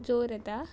जोर येता